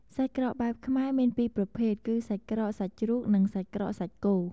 សាច់ក្រកបែបខ្មែរមាន២ប្រភេទគឹ សាច់ក្រកសាច់ជ្រូក និង សាច់ក្រកសាច់គោ។